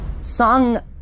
Song